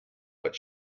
what